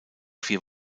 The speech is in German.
vier